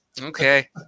Okay